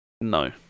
No